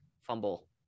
fumble